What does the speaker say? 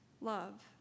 love